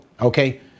Okay